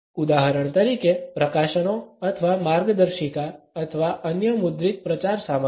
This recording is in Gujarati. ઉદાહરણ તરીકે પ્રકાશનો અથવા માર્ગદર્શિકા અથવા અન્ય મુદ્રિત પ્રચાર સામગ્રી